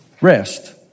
rest